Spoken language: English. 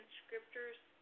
scriptures